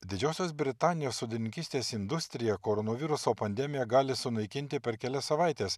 didžiosios britanijos sodininkystės industrija koronaviruso pandemija gali sunaikinti per kelias savaites